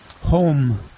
home